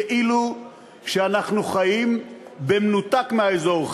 כאילו אנחנו חיים במנותק מהאזור,